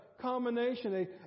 combination